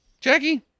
jackie